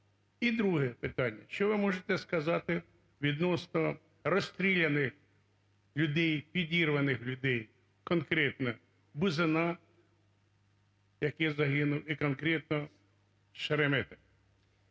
І друге питання. Що ви можете сказати відносно розстріляних людей, підірваних людей, конкретно Бузина, який загинув, і конкретно Шеремета?